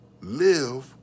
Live